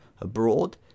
abroad